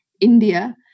India